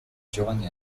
giovani